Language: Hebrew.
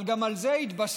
אבל גם על זה התבשרנו,